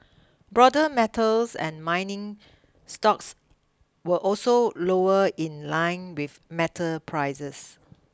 broader metals and mining stocks were also lower in line with metal prices